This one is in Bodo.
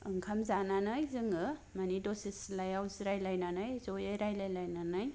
ओंखाम जानानै जोंङो माने दसे सिथ्लायाव जिरायलायनानै ज'यै रायलाय लायनानै